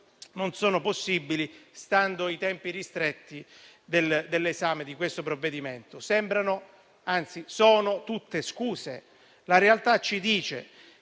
non sono individuabili, stando ai tempi ristretti dell'esame di questo provvedimento. Sembrano - anzi, sono - tutte scuse. La realtà ci dice